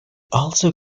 also